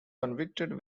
convicted